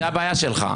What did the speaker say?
זאת הבעיה שלך?